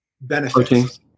benefits